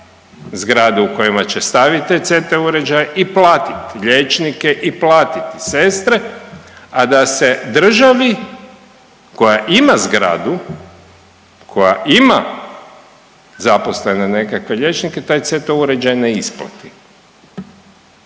zgrade u kojima će stavit te CT uređaje i plati liječnike i platiti sestre, a da se državi koja ima zgradu, koja ima zaposlene nekakve liječnike taj CT uređaj ne isplati.